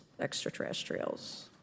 extraterrestrials